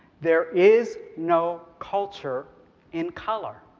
there is no culture in color.